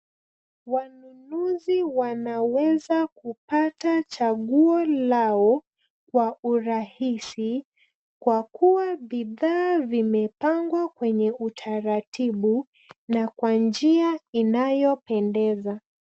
Wanunuzi wanaweza kupata chaguo lao kwa urahisi kwa kuwa bidhaa vimepangwa kwenye utaratibu na kwa njia inayopendeza.